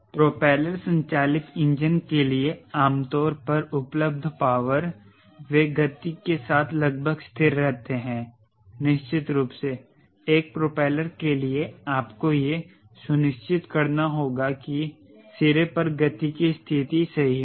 propeller संचालित engine के लिए आमतौर पर उपलब्ध पॉवर वे गति के साथ लगभग स्थिर रहते हैं निश्चित रूप से एक प्रोपेलर के लिए आपको यह सुनिश्चित करना होगा कि सिरे पर गति की स्थिति सही हो